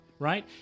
right